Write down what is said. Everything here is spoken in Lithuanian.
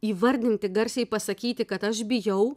įvardinti garsiai pasakyti kad aš bijau